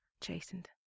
chastened